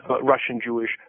Russian-Jewish